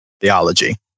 theology